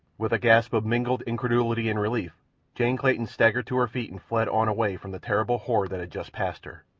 with a gasp of mingled incredulity and relief jane clayton staggered to her feet and fled on away from the terrible horde that had just passed her,